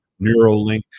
Neuralink